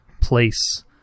place